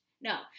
No